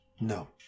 No